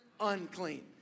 unclean